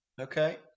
okay